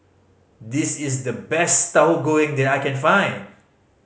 this is the best Tahu Goreng that I can find